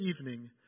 evening